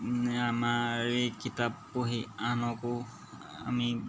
মানে আমাৰ এই কিতাপ পঢ়ি আনকো আমি